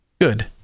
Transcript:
good